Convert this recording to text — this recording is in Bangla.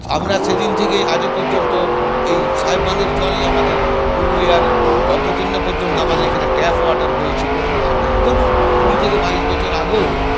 আমরা সেদিন থেকে আজও পর্যন্ত এই সাহেব বাঁধের জলই আমাদের পুরুলিয়ার যতদিন না পর্যন্ত আমাদের এখানে ট্যাপ ওয়াটার হয়েছিলো বা ধরুন কুড়ি থেকে বাইশ বছর আগেও